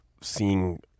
seeing